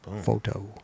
photo